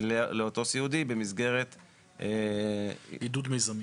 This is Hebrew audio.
לאותו סיעודי, במסגרת --- עידוד מיזמי.